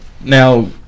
Now